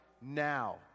now